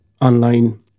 online